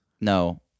no